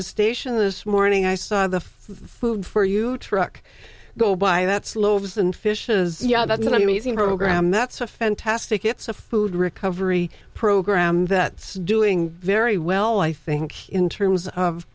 the station this morning i saw the food for you truck go by that's loaves and fishes yeah that's an amazing program that's a fantastic it's a food recovery program that's doing very well i think in terms of